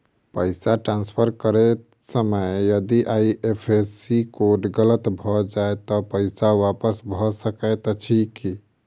पैसा ट्रान्सफर करैत समय यदि आई.एफ.एस.सी कोड गलत भऽ जाय तऽ पैसा वापस भऽ सकैत अछि की?